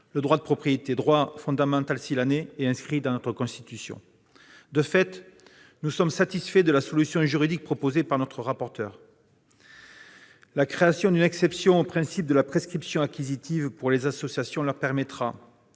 le droit de propriété, droit fondamental inscrit dans notre Constitution. De fait, nous sommes satisfaits de la solution juridique proposée par notre rapporteure. La création d'une exception au principe de la prescription acquisitive pour les associations leur permettra,